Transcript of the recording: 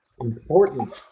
important